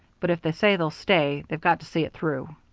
but if they say they'll stay, they've got to see it through.